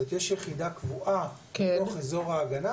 זאת אומרת יש יחידה קבועה בתוך אזור ההגנה